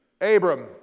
Abram